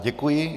Děkuji.